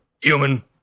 human